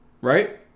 right